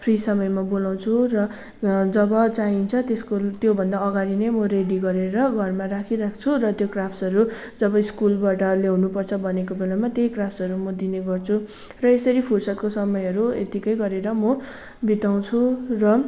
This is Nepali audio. फ्री समयमा बोलाउँछु र जब चाहिन्छ त्यसको त्योभन्दा अगाडि नै म रेडी गरेर घरमा राखिराख्छु र त्यो क्राफ्टसहरू जब स्कुलबाट ल्याउनु पर्छ भनेको बेलामा त्यही क्राफ्टसहरू म दिने गर्छु र यसरी फुर्सदको समयहरू यतिकै गरेर म बिताउँछु र